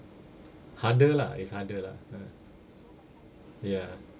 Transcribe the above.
harder lah it's harder lah ah ya